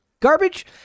garbage